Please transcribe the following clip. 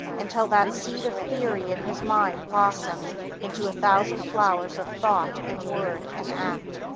until that seed of theory in his mind blossom into a thousand flowers of thought and word and act.